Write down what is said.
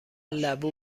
لبو